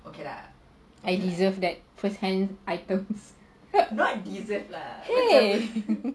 I deserve that first hand items !hey!